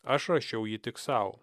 aš rašiau jį tik sau